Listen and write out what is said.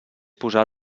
posar